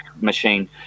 machine